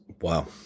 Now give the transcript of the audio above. Wow